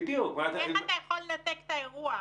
איך אתה יכול לנתק את האירוע.